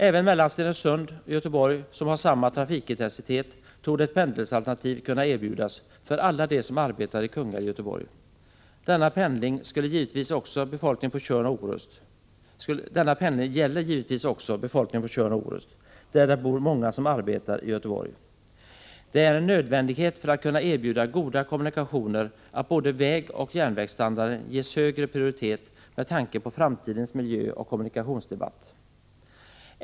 Även på sträckan Stenungsund-Göteborg, som har samma trafikintensitet, torde ett pendelalternativ kunna erbjudas för alla dem som arbetar i Kungälv eller Göteborg. Denna pendling gäller givetvis också befolkningen på Tjörn och Orust, där det bor många som arbetar i Göteborg. Det är en nödvändighet för att kunna erbjuda goda kommunikationer att både vägoch järnvägsstandarden ges högre prioritet med tanke på framtidens miljöoch kommunikationsdebatt.